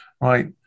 right